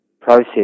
process